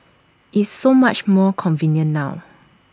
it's so much more convenient now